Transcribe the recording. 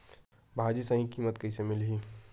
भाजी सही कीमत कइसे मिलही?